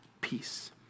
peace